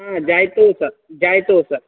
जायतोष् जयतोष्